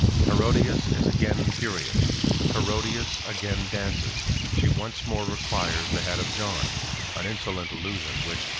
herodias is again furious herodias again dances she once more requires the head of john an insolent allusion, which,